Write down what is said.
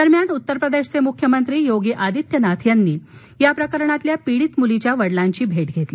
दरम्यान उत्तरप्रदेशचे मुख्यमंत्री योगी आदित्यनाथ यांनी याप्रकरणातील पिडीत मुलीच्या वडीलांची भेट घेतली